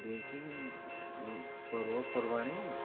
ଦେଇକି ପର୍ବପର୍ବାଣି